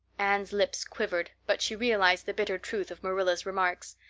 anne's lips quivered, but she realized the bitter truth of marilla's remarks.